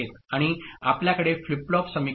आणि आपल्याकडे flip flop समीकरण आहे